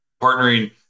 partnering